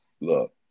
look